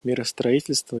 миростроительство